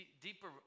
deeper